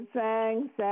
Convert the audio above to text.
thanks